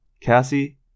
Cassie